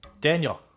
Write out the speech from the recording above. daniel